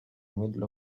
middle